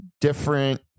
different